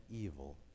evil